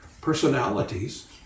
personalities